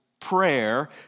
Prayer